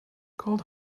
cold